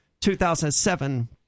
2007